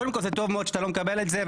קודם כול זה טוב מאוד שאתה לא מקבל את זה,